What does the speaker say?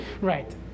Right